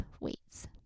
weights